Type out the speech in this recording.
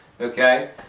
Okay